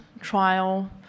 trial